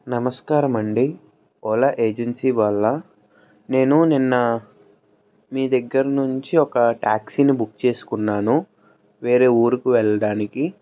నమస్కారం అండి Ola agency వాళ్ళా నేను నిన్న మీ దగ్గర నుంచి ఒక ట్యాక్సీని బుక్ చేసుకున్నాను వేరే ఊరికి వెళ్ళడానికి